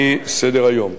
מסדר-היום.